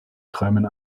träumen